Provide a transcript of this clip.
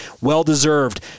Well-deserved